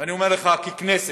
ואני אומר לך, ככנסת,